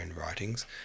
writings